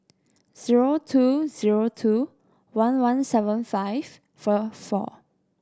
zero two zero two one one seven five four four